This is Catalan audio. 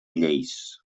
lleis